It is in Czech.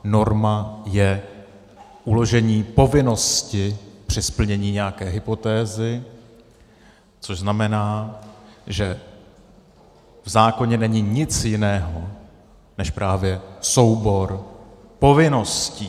Norma je uložení povinnosti při splnění nějaké hypotézy, což znamená, že v zákoně není nic jiného než právě soubor povinností.